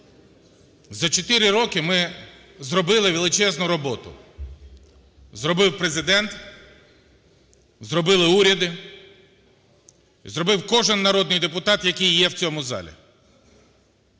За 4 роки ми зробили величезну роботу: зробив Президент, зробили уряди, зробив кожний народний депутат, який є в цьому залі.